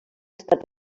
estat